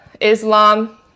Islam